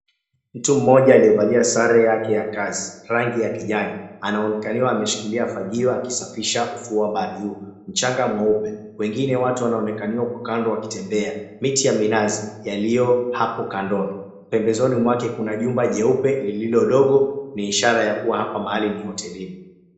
Mtu mmoja aliyevalia sare yake ya kazi rangi ya kijani anaonekaniwa ameshikilia fagio akisafisha ufuo wa bahari huo. Mchanga mweupe wengine watu wanaonekaniwa kwa kando wakitembea, miti ya minazi yaliyo hapo kando. Pembezoni mwake kuna jumba jeupe lililo ndogo ni ishara ya kuwa hapa mahali ni hotelini.